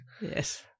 Yes